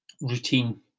routine